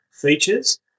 features